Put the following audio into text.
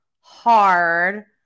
hard